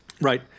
Right